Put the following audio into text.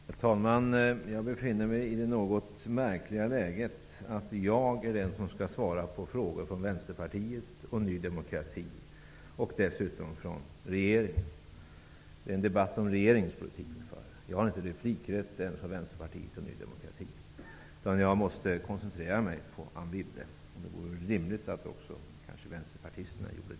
Herr talman! Jag befinner mig i det något märkliga läget att jag skall svara på frågor från Vänsterpartiet och Ny demokrati och dessutom från regeringen. Det är en debatt om regerings politik som vi nu för. Jag har inte ens replikrätt gentemot Vänsterpartiet och Ny demokrati, utan jag måste koncentrera mig på Anne Wibble. Det vore rimligt att också vänsterpartisten gjorde det.